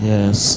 Yes